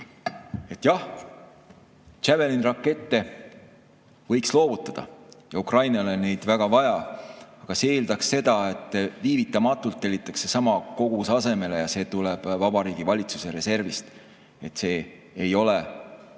Jah, Javelini rakette võiks loovutada, Ukrainale on neid väga vaja, aga see eeldaks seda, et viivitamatult tellitakse sama kogus asemele ja see tuleb Vabariigi Valitsuse reservist, see ei ole